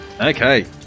Okay